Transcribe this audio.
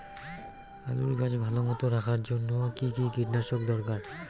আলুর গাছ ভালো মতো রাখার জন্য কী কী কীটনাশক দরকার?